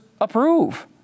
approve